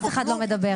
אף אחד לא מדבר,